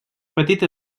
petita